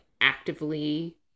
actively